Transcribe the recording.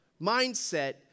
mindset